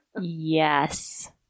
Yes